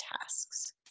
tasks